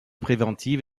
préventive